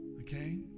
Okay